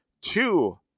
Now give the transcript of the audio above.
two